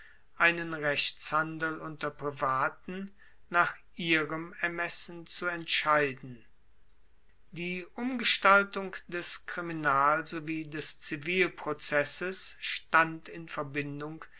einen rechtshandel unter privaten nach ihrem ermessen zu entscheiden die umgestaltung des kriminal wie des zivilprozesses stand in verbindung